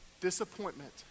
Disappointment